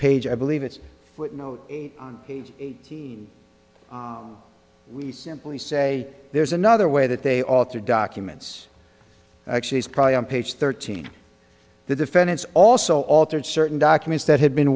page i believe it's footnote we simply say there's another way that they alter documents actually it's probably on page thirteen the defendants also altered certain documents that had been